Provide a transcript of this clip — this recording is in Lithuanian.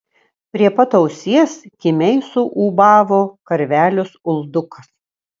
prie pat ausies kimiai suūbavo karvelis uldukas